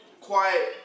Quiet